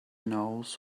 knows